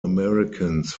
americans